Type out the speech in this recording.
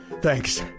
thanks